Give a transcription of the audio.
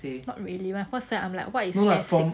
not really my first sight I'm like what is S six